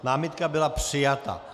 Námitka byla přijata.